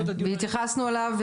התייחסנו אליו,